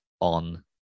on